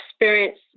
experience